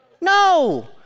No